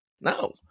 No